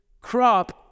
crop